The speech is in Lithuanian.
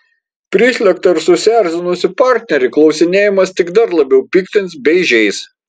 prislėgtą ir susierzinusį partnerį klausinėjimas tik dar labiau piktins bei žeis